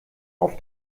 auf